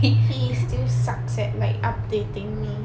he is still sucks at like updating me